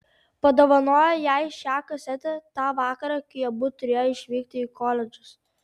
padovanojo jai šią kasetę tą vakarą kai abu turėjo išvykti į koledžus